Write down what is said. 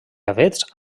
avets